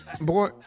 boy